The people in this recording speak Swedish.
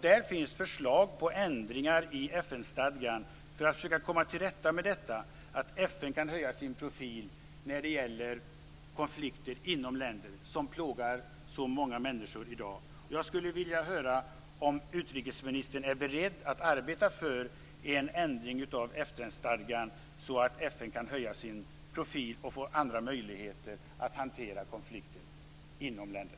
Där finns förslag om ändringar i FN-stadgan för att försöka komma till rätta med detta med att FN kan höja sin profil när det gäller konflikter inom länder som i dag plågar så många människor. Jag skulle alltså vilja höra om utrikesministern är beredd att arbeta för en ändring av FN-stadgan så att FN kan höja sin profil och få andra möjligheter att hantera konflikter inom länder.